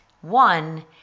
one